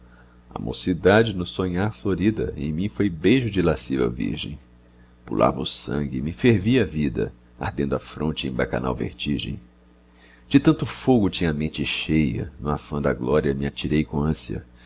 a mocidade no sonhar florida em mim foi beijo de lasciva virgem pulava o sangue e me fervia a vida ardendo a fronte em bacanal vertigem de tanto fogo tinha a mente cheia no afã da glória me atirei com ânsia